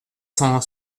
cent